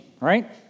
right